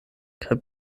kaj